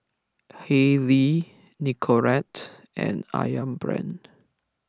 Haylee Nicorette and Ayam Brand